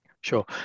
Sure